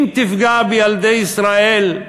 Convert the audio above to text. אם תפגע בילדי ישראל,